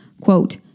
quote